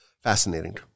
Fascinating